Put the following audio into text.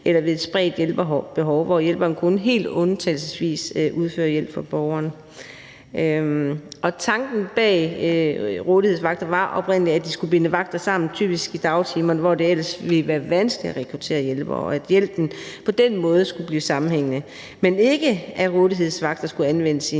eller spredt hjælpebehov, hvor hjælperen kun helt undtagelsesvis udfører hjælp for borgeren. Tanken bag rådighedsvagter var oprindelig, at de skulle binde vagter sammen, typisk i dagtimerne, hvor det ellers ville være vanskeligt at rekruttere hjælpere, og at hjælpen på den måde skulle blive sammenhængende. Det var ikke, at rådighedsvagter skulle anvendes i